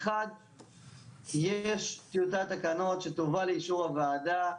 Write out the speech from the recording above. אחד יש טיוטת תקנות שתובא לאישור הוועדה,